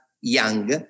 Young